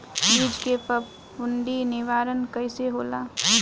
बीज के फफूंदी निवारण कईसे होला?